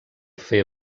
fer